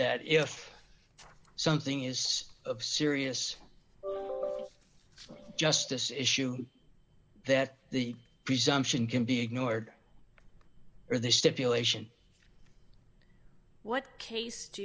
that if something is of serious justice issue that the presumption can be ignored or the stipulation what case do